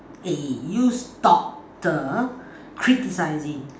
eh you stop the criticizing